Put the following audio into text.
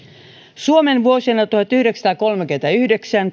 suomen vuosina tuhatyhdeksänsataakolmekymmentäyhdeksän